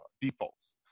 defaults